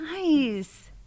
nice